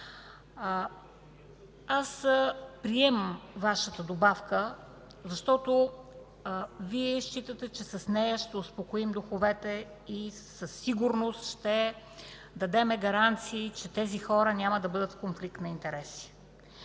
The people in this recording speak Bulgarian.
Приемам Вашата добавка, защото Вие считате, че с нея ще успокоим духовете и със сигурност ще дадем гаранции, че тези хора няма да бъдат в конфликт на интереси.